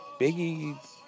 Biggie